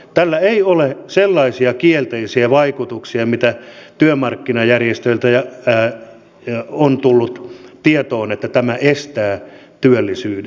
tällä ei ole sellaisia kielteisiä vaikutuksia mitä työmarkkinajärjestöiltä on tullut tietoon että tämä estäisi työllisyyden